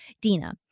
Dina